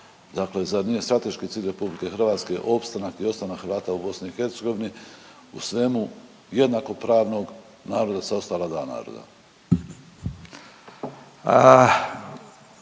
dakle zar nije strateški cilj RH opstanak i ostanak Hrvata u BiH, u svemu jednakopravnog naroda sa ostala dva naroda?